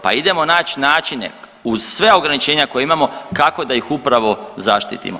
Pa idemo naći načine, uz sve ograničenja koja imamo, kako da ih upravo zaštitimo.